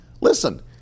listen